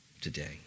today